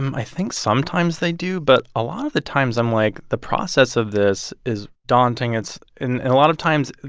i think, sometimes, they do. but a lot of the times, i'm like, the process of this is daunting. it's and and a lot of times,